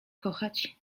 kochać